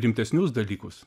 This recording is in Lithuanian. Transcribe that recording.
rimtesnius dalykus